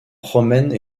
promènent